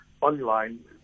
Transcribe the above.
online